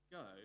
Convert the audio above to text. go